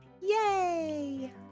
Yay